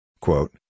Quote